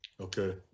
Okay